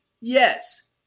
yes